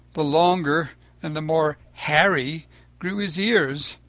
the longer and the more hairy grew his ears.